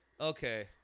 okay